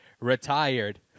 Retired